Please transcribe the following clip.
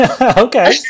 Okay